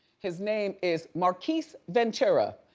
his name is makis ventura.